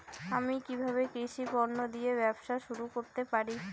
আমি কিভাবে কৃষি পণ্য দিয়ে ব্যবসা শুরু করতে পারি?